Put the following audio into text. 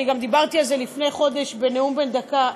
אני גם דיברתי על זה לפני חודש בנאום בן דקה,